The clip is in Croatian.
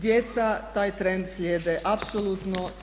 Djeca taj trend slijede apsolutno.